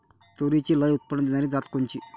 तूरीची लई उत्पन्न देणारी जात कोनची?